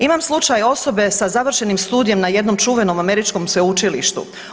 Imam slučaj osobe sa završenim studijem na jednom čuvenom američkom sveučilištu.